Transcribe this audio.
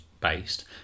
based